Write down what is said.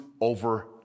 over